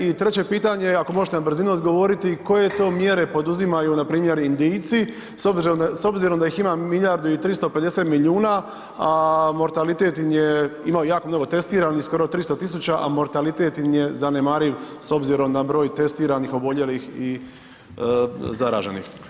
I treće pitanje, ako možete na brzinu odgovoriti, koje to mjere poduzimaju npr. Indijci s obzirom da ih ima milijardu i 350 milijuna, a mortalitet im je, imaju jako novotestiranih, skoro 300 tisuća, a mortalitet im je zanemariv s obzirom na broj testiranih, oboljelih i zaraženih.